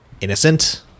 innocent